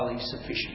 sufficient